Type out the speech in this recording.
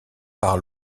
par